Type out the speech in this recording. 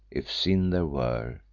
if sin there were,